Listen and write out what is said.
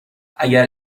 اگر